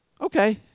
okay